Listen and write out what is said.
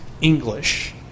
English